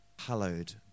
hallowed